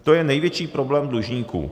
To je největší problém dlužníků.